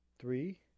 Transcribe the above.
three